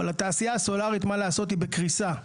אבל התעשייה הסולרית, מה לעשות, היא בקריסה.